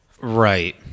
Right